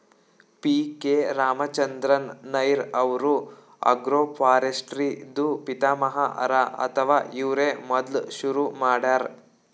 P K Ramachandran Nair ಅವ್ರು agroforestry ದೂ ಪಿತಾಮಹ ಹರಾ ಅಥವಾ ಇವ್ರೇ ಮೊದ್ಲ್ ಶುರು ಮಾಡ್ಯಾರ್